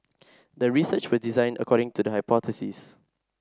the research was designed according to the hypothesis